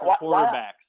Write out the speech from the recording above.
quarterbacks